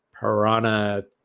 Piranha